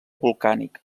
volcànic